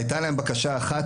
הייתה להם בקשה אחת,